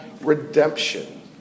redemption